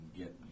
get